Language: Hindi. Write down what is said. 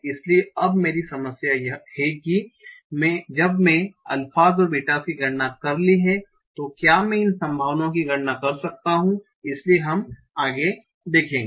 इसलिए अब मेरी समस्या है कि जब मैं अल्फास और बिटास की गणना कर ली हैं और तो क्या मैं इन संभावनाओं की गणना कर सकता हूं इसलिए हम आगे देखेंगे